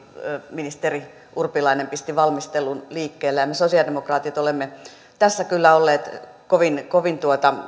ministeri urpilainen pisti valmistelun liikkeelle me sosialidemokraatit olemme tässä kyllä olleet kovin kovin